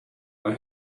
they